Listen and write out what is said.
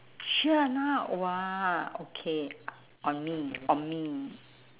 sure or not !wah! okay on me on me